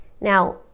now